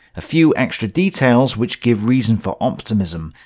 a few extra details, which give reasons for optimism.